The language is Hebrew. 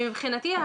מבחינתי,